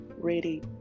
ready